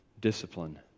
discipline